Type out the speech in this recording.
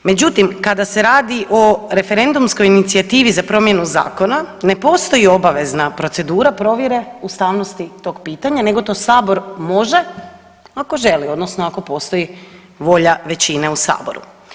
Međutim, kada se radi o referendumskoj inicijativi za promjenu zakona ne postoji obavezna procedura provjere ustavnosti tog pitanja nego to sabor može ako želi odnosno ako postoji volja većine u saboru.